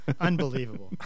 Unbelievable